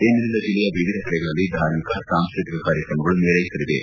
ಇಂದಿನಿಂದ ಜಿಲ್ಲೆಯ ವಿವಿಧ ಕಡೆಗಳಲ್ಲಿ ಧಾರ್ಮಿಕ ಸಾಂಸ್ಟೃತಿಕ ಕಾರ್ಯಕ್ರಮಗಳು ಮೇಳೈಸಲಿವೆ